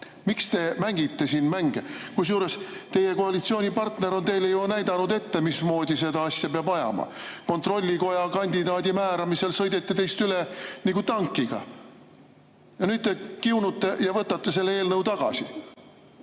Miks te mängite siin mänge? Kusjuures teie koalitsioonipartner on teile ju näidanud ette, mismoodi seda asja peab ajama. Kontrollikoja kandidaadi määramisel sõideti teist üle nagu tankiga. Ja nüüd te kiunute ja võtate selle eelnõu tagasi.